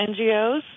NGOs